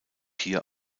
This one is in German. hier